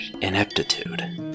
ineptitude